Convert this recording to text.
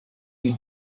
you